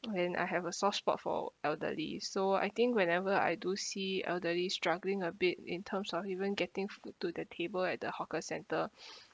and I have a soft spot for elderly so I think whenever I do see elderly struggling a bit in terms of even getting food to the table at the hawker centre